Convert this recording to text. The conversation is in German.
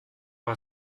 war